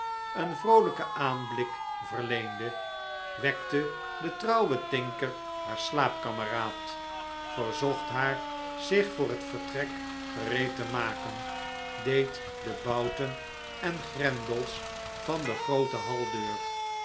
een vroolijken aanblik verleende wekte de trouwe tinker haar slaapkameraad verzocht haar zich voor het vertrek gereed te maken deed de bouten en grendels van de groote hal deur